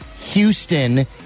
Houston